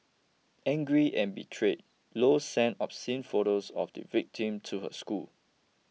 angry and betrayed Low sent obscene photos of the victim to her school